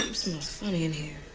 um smells funny in here.